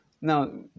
now